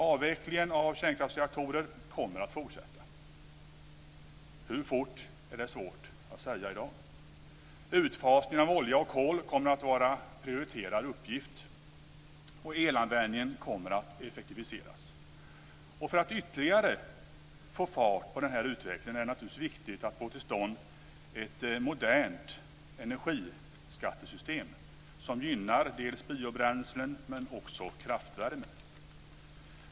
Avvecklingen av kärnkraftsreaktorer kommer att fortsätta, hur fort är svårt att säga i dag. Utfasningen av olja och kol kommer att vara en prioriterad uppgift, och elanvändningen kommer att effektiviseras. För att ytterligare få fart på den här utvecklingen är det naturligtvis viktigt att få till stånd ett modernt energiskattesystem som gynnar biobränslen men också kraftvärmen.